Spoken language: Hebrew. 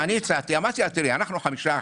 אמרתי לה: אנחנו חמישה אחים.